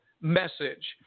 message